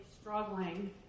struggling